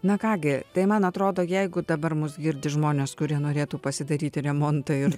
na ką gi tai man atrodo jeigu dabar mus girdi žmones kurie norėtų pasidaryti remontą ir